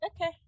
Okay